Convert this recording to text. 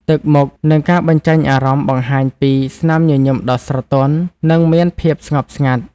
ទឹកមុខ និងការបញ្ចេញអារម្មណ៍បង្ហាញពី ស្នាមញញឹមដ៏ស្រទន់ និងមានភាពស្ងប់ស្ងាត់។